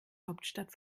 hauptstadt